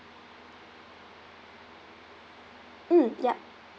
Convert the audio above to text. mm yup